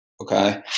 okay